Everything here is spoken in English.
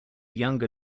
younger